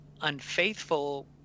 unfaithful